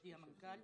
מכובדי המנכ"ל,